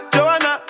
Joanna